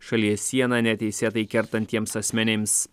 šalies sieną neteisėtai kertantiems asmenims